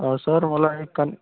sir मला एक कान